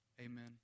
Amen